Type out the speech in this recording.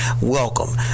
welcome